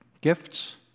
Gifts